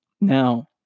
Now